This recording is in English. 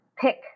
pick